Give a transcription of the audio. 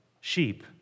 sheep